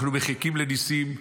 אנחנו מחכים לניסים,